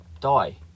die